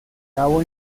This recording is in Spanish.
cabo